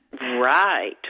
Right